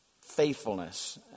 faithfulness